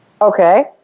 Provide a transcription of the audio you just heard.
Okay